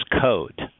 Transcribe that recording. code